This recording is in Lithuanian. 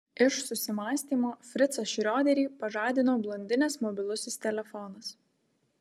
iš susimąstymo fricą šrioderį pažadino blondinės mobilusis telefonas